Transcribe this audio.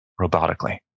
Robotically